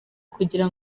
kugira